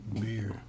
Beer